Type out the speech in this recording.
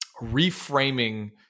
reframing